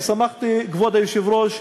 אני שמחתי, כבוד היושב-ראש,